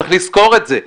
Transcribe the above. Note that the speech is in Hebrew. צריך לזכור את זה.